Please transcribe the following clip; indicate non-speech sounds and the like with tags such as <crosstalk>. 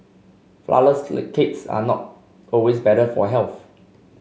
flourless <unintelligible> cakes are not always better for health